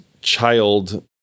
child